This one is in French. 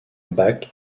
bac